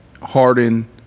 Harden